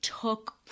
took